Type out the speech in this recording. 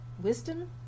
wisdom